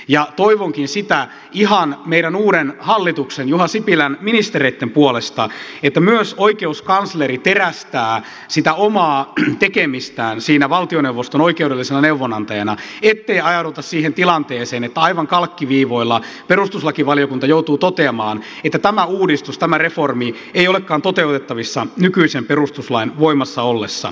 ja toivonkin sitä ihan meidän uuden hallituksen juha sipilän ministereitten puolesta että myös oikeuskansleri terästää sitä omaa tekemistään siinä valtioneuvoston oikeudellisena neuvonantajana ettei ajauduta siihen tilanteeseen että aivan kalkkiviivoilla perustuslakivaliokunta joutuu toteamaan että tämä uudistus tämä reformi ei olekaan toteutettavissa nykyisen perustuslain voimassa ollessa